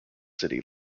city